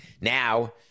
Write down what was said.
Now